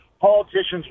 politicians